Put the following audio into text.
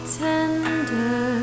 tender